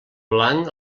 blanc